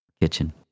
Kitchen